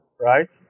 Right